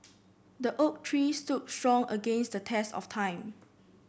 the oak tree stood strong against the test of time